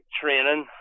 training